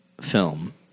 film